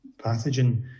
pathogen